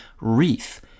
Wreath